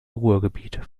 ruhrgebiet